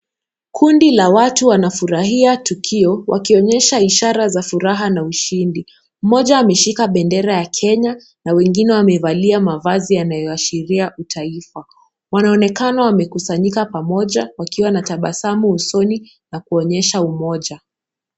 Kundi la watu wanafurahia tukio, wakionyesha ishara za furaha na ushindi. Mmoja ameshika bendera ya Kenya na wengine wamevalia mavazi inayoashiria utaifa. Wanaonekana wamekusanyika pamoja wakiwa na tabasamu usoni na kuonyesha umoja.